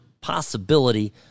possibility